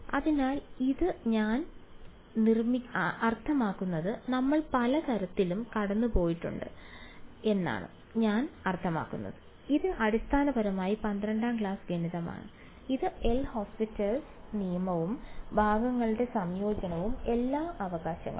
അതിനാൽ ഇത് ഞാൻ അർത്ഥമാക്കുന്നത് നമ്മൾ പല തരത്തിലും കടന്നുപോയിട്ടുണ്ട് എന്നാണ് ഞാൻ അർത്ഥമാക്കുന്നത് ഇത് അടിസ്ഥാനപരമായി 12 ാം ക്ലാസ് ഗണിതമാണ് എൽ ഹോപ്പിറ്റലിന്റെ L'Hopital's നിയമവും ഭാഗങ്ങളുടെ സംയോജനവും എല്ലാ അവകാശങ്ങളും